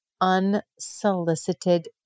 unsolicited